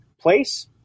place